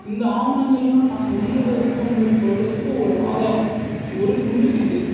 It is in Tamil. இந்த ஆவணங்கள்லாம் நாங்கள் உயிரோடு இருக்கோன்றதை சொல்கிறத்துக்கு ஒரு ஆதாரம் ஒரு துண்டு சீட்டு